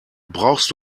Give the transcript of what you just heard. brauchst